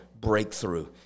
breakthrough